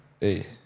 Hey